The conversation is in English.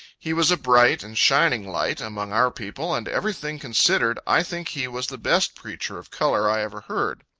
he was a bright and shining light, among our people, and everything considered, i think he was the best preacher of color i ever heard.